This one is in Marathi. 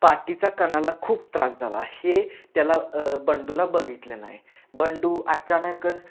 पाठीचा कणाला खूप त्रास झाला हे त्याला बंडूला बघितले नाही बंडू अचानकच